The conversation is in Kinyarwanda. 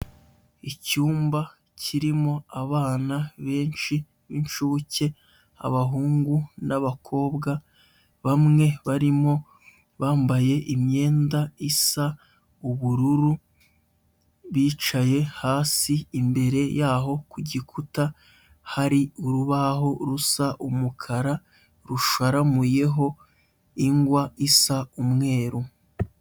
Icyumba kirimo abana benshi b'incuke, abahungu n'abakobwa, bamwe barimo bambaye imyenda isa ubururu bicaye hasi, imbere yaho ku gikuta, hari urubaho rusa umukara rusharamuyeho ingwa isa umweru.